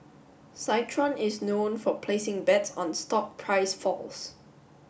citron is known for placing bets on stock price falls